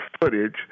footage